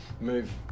move